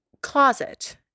closet